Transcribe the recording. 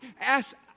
ask